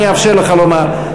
אני אאפשר לך לומר.